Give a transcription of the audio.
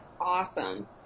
awesome